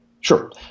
Sure